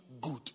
good